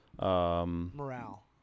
Morale